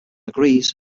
agrees